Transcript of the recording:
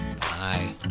Bye